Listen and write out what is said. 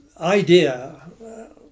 idea